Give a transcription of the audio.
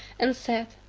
and said,